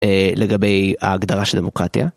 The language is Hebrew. לגבי ההגדרה של דמוקרטיה.